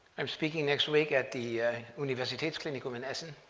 i'm speaking next week at the universitatsklinikum in essen,